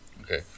Okay